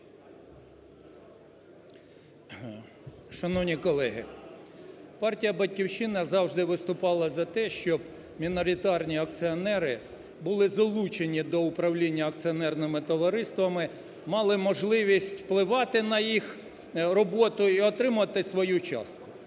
Шановні колеги, партія "Батьківщина" завжди виступала за те, щоб міноритарні акціонери були залучені до управління акціонерними товариствами, мали можливість впливати на їх роботу і отримувати свою частку.